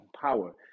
power